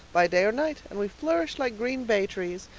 by day or night and we flourish like green bay trees.